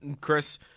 Chris